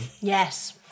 Yes